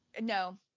No